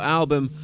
album